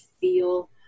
feel